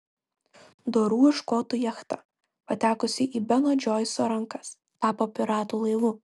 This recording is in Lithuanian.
dorų škotų jachta patekusi į beno džoiso rankas tapo piratų laivu